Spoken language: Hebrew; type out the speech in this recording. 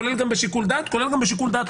כולל גם בשיקול דעת,